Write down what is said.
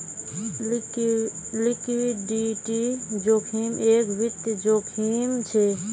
liquidity जोखिम एक वित्तिय जोखिम छे